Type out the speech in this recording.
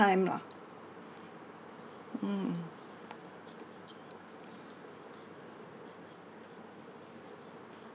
time lah mm